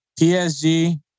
PSG